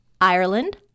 Ireland